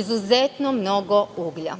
izuzetno mnogo uglja.